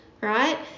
right